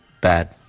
bad